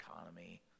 economy